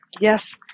yes